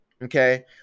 Okay